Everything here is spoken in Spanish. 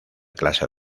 clase